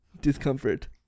discomfort